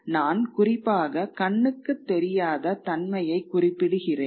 நான் குறிப்பாக கண்ணுக்கு தெரியாத தன்மையைக் குறிப்பிடுகிறேன்